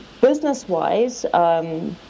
business-wise